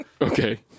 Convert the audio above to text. okay